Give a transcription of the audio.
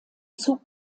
zog